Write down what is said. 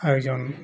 ଆୟୋଜନ